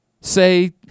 say